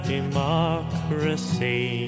Democracy